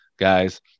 guys